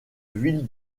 ville